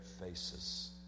faces